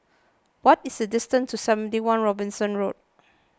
what is the distance to seventy one Robinson Road